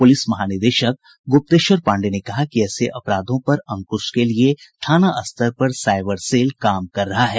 police महानिदेशक गुप्तेश्वर पांडेय ने कहा कि ऐसे अपराधों पर अंक्श के लिए थाना स्तर पर साइबर सेल काम कर रहा है